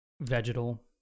vegetal